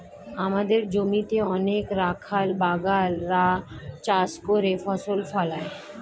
আমাদের জমিতে অনেক রাখাল বাগাল রা চাষ করে ফসল ফলায়